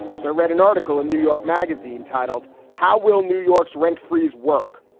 so i read an article in new york magazine titled how will new york's rent freeze work?